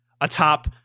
atop